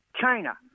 China